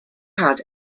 had